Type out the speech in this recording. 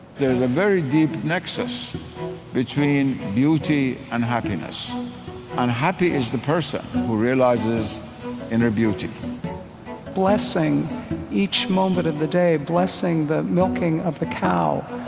there is a very deep nexus between beauty and and happiness. and happy is the person who realizes inner beauty blessing each moment of the day. blessing the milking of the cow.